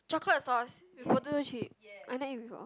chocolate sauce with potato chip I never eat before